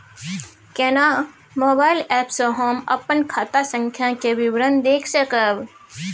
केना mobile app से हम अपन खाता संख्या के विवरण देख सकब?